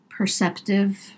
perceptive